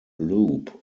loop